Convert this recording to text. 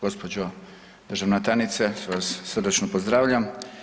Gospođo državna tajnice sve vas srdačno pozdravljam.